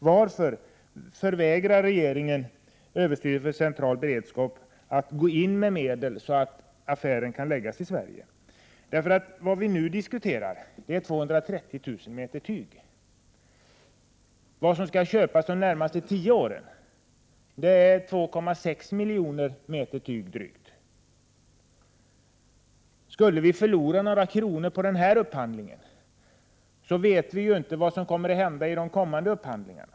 Varför förvägrar regeringen överstyrelsen för civil beredskap att gå in med medel så att affären kan förläggas till Sverige? Det som vi nu diskuterar är 230 000 meter tyg. Vad som skall köpas under de närmaste tio åren är drygt 2,6 miljoner meter. Skulle vi förlora några kronor på den här upphandlingen, vet vi ju inte vad som kommer att hända vid de kommande upphandlingarna.